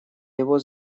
его